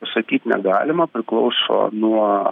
pasakyt negalima priklauso nuo